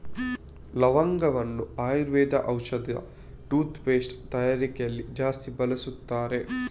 ಲವಂಗವನ್ನ ಆಯುರ್ವೇದ ಔಷಧ, toothpaste ತಯಾರಿಕೆಯಲ್ಲಿ ಜಾಸ್ತಿ ಬಳಸ್ತಾರೆ